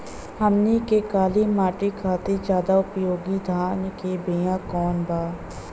हमनी के काली माटी खातिर ज्यादा उपयोगी धान के बिया कवन बा?